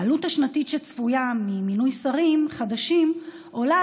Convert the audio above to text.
העלות השנתית שצפויה ממינוי שרים חדשים עולה